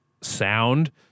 sound